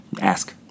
ask